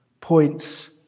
points